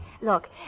Look